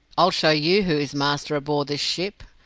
i'll show you who is master aboard this ship.